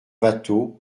watteau